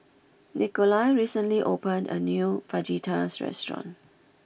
Nikolai recently opened a new Fajitas restaurant